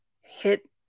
hit